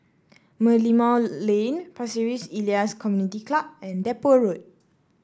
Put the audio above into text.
Merlimau Lane Pasir Ris Elias Community Club and Depot Road